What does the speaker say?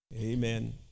amen